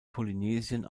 polynesien